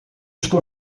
estou